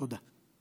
תודה.